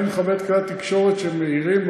אני מכבד את כלי התקשורת שמעירים,